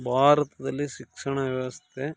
ಭಾರತದಲ್ಲಿ ಶಿಕ್ಷಣ ವ್ಯವಸ್ಥೆ